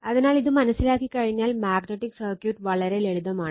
അതിനാൽ ഇത് മനസ്സിലാക്കി കഴിഞ്ഞാൽ മാഗ്നറ്റിക് സർക്യൂട്ട് വളരെ ലളിതമാണ്